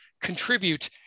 contribute